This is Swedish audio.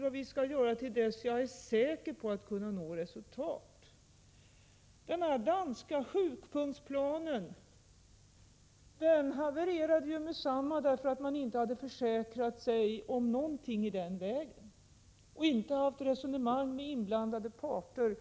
vad vi skall göra till dess jag är säker på att kunna nå resultat. Den danska sjupunktsplanen havererade ju med detsamma, därför att man inte hade försäkrat sig om någonting i den vägen och inte hade fört resonemang med inblandade parter.